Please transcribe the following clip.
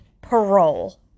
parole